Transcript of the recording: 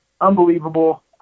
unbelievable